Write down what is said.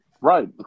Right